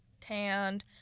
tanned